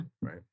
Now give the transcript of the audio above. Right